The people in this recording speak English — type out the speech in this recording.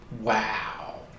Wow